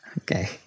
okay